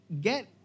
get